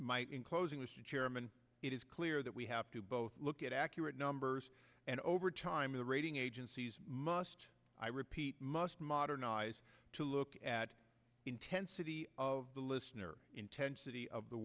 might in closing mr chairman it is clear that we have to both look at accurate numbers and over time the rating agencies must i repeat must modernize to look at intensity of the listener intensity of the